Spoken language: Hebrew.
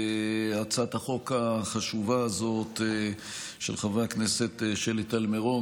הצעת החוק החשובה הזאת של חברי הכנסת שלי טל מירון,